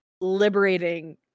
liberating